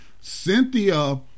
cynthia